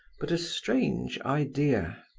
but a strange idea.